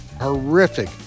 horrific